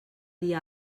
dia